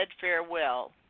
farewell